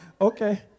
okay